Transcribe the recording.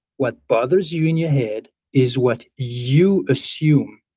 what bothers you in your head is what you assume